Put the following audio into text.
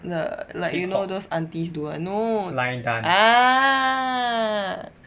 the like you know those aunties do [one] no ah